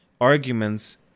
arguments